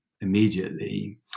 immediately